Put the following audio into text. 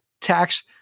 tax